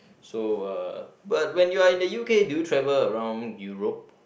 so uh but when you are in the U_K do you travel around Europe